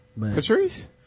Patrice